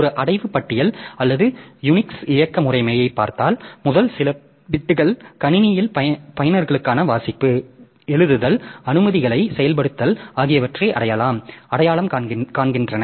ஒரு அடைவு பட்டியல் அல்லது யூனிக்ஸ் இயக்க முறைமையைப் பார்த்தால் முதல் சில பிட்கள் கணினியின் பயனர்களுக்கான வாசிப்பு எழுதுதல் அனுமதிகளை செயல்படுத்துதல் ஆகியவற்றை அடையாளம் காண்கின்றன